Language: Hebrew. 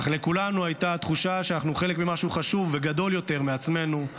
אך לכולנו הייתה התחושה שאנחנו חלק ממשהו חשוב וגדול יותר מעצמנו,